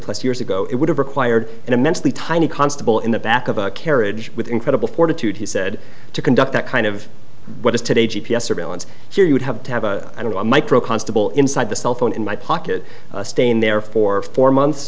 plus years ago it would have required an immensely tiny constable in the back of a carriage with incredible fortitude he said to conduct that kind of what is today g p s surveillance here you would have to have a i don't know a micro constable inside the cell phone in my pocket stay in there for four months